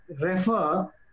refer